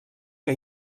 que